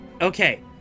Okay